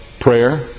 prayer